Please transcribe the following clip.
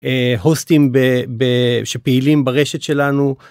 הוסטים שפעילים ברשת שלנו.